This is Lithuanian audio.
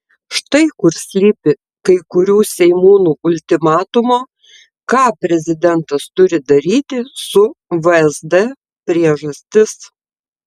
štai kur slypi kai kurių seimūnų ultimatumo ką prezidentas turi daryti su vsd priežastis